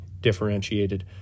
differentiated